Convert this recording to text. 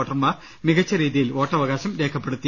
വോട്ടർമാർ മികച്ച രീതിയിൽ വോട്ടവകാശം രേഖപ്പെടുത്തി